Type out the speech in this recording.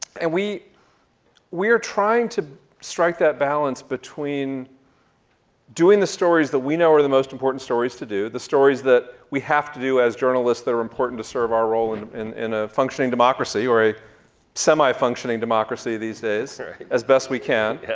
and we're trying to strike that balance between doing the stories that we know are the most important stories to do, the stories that we have to do as journalists that are important to serve our role and in a ah functioning democracy or a semi functioning democracy these days as best we can,